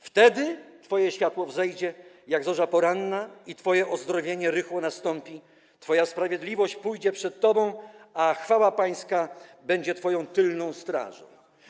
Wtedy twoje światło wzejdzie jak zorza poranna i twoje uzdrowienie rychło nastąpi; twoja sprawiedliwość pójdzie przed tobą, a chwała Pańska będzie twoją tylną strażą”